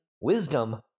wisdom